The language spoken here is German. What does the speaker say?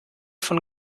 von